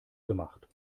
gemacht